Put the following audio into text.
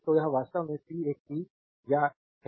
तो यह वास्तव में पी एक पी या है